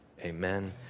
Amen